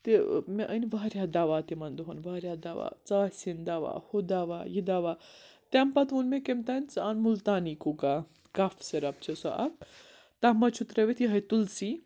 تہِ مےٚ أنۍ واریاہ دَوا تِمَن دۄہَن واریاہ دَوا ژاسہِ ہِنٛدۍ دَوا ہُہ دَوا یہِ دَوا تَمہِ پتہٕ ووٚن مےٚ کَمہِ تام ژٕ اَن مُلتانی کُکا کَپھ سِرپ چھِ سۄ اَکھ تَتھ منٛز چھُ ترٛٲوِتھ یِہوٚے تُلسی